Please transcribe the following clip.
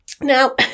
Now